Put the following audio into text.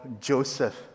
Joseph